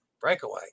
Breakaway